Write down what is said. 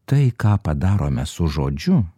tai ką padarome su žodžiu